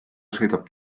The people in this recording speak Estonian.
sõidab